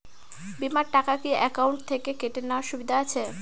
বিমার টাকা কি অ্যাকাউন্ট থেকে কেটে নেওয়ার সুবিধা আছে?